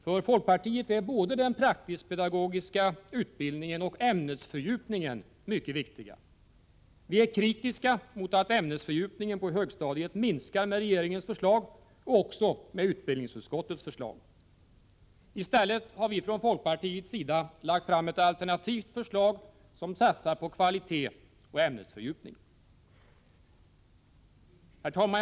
För folkparför grundskolan tiet är både den praktiskt pedagogiska utbildningen och ämnesfördjupningen Mm mycket viktiga. Vi är kritiska mot att ämnesfördjupningen på högstadiet minskar med regeringens förslag och också med utbildningsutskottets förslag. I stället har vi från folkpartiets sida lagt fram ett alternativt förslag, som satsar på kvalitet och ämnesfördjupning. Herr talman!